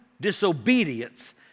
disobedience